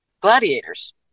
gladiators